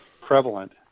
prevalent